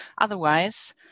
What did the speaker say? Otherwise